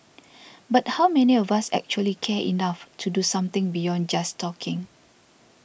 but how many of us actually care enough to do something beyond just talking